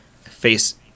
face